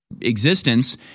existence